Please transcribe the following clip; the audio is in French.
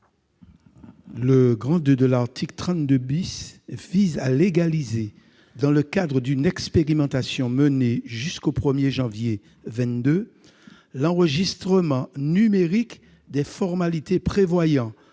Le II de l'article 32 vise à légaliser, dans le cadre d'une expérimentation menée jusqu'au 1 janvier 2022, l'enregistrement numérique des formalités prévoyant,